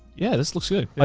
yeah, this looks good. yeah